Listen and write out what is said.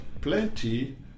plenty